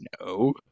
No